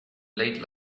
late